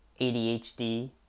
ADHD